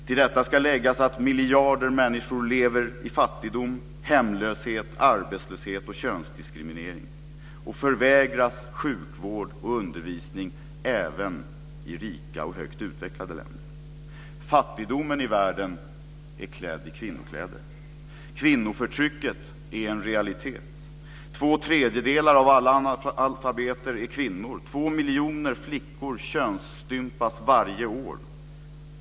Till detta ska läggas att miljarder människor lever i fattigdom, hemlöshet, arbetslöshet och könsdiskriminering och förvägras sjukvård och undervisning - även i rika och högt utvecklade länder. Fattigdomen i världen är klädd i kvinnokläder. Kvinnoförtrycket är en realitet. Två tredjedelar av alla analfabeter är kvinnor. Två miljoner flickor könsstympas varje år.